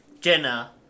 Jenna